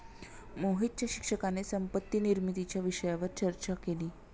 मोहितच्या शिक्षकाने संपत्ती निर्मितीच्या विषयावर चर्चा केली